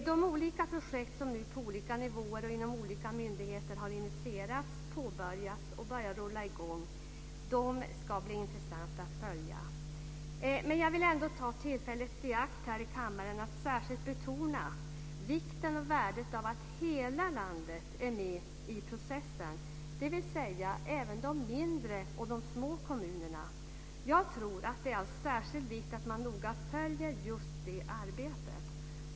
Det ska bli intressant att följa de projekt som nu har initierats och påbörjats på olika nivåer och inom olika myndigheter. Jag vill ta tillfället i akt här i kammaren att särskilt betona vikten och värdet av att hela landet, dvs. även de små kommunerna, är med i processen. Jag tror att det är av särskild vikt att man noga följer just det arbetet.